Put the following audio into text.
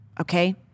okay